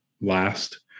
last